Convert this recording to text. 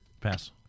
pass